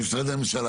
משרדי הממשלה,